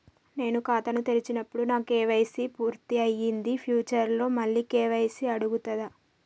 నేను ఖాతాను తెరిచినప్పుడు నా కే.వై.సీ పూర్తి అయ్యింది ఫ్యూచర్ లో మళ్ళీ కే.వై.సీ అడుగుతదా?